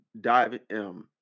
diving